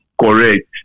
correct